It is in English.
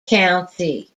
county